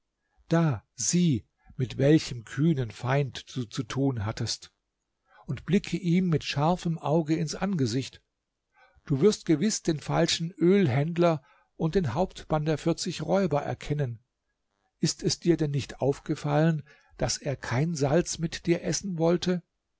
da sieh mit welchem kühnen feind du zu tun hattest und blicke ihm mit scharfem auge ins angesicht du wirst gewiß den falschen ölhändler und den hauptmann der vierzig räuber erkennen ist es dir denn nicht aufgefallen daß er kein salz mit dir essen wollte